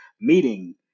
meeting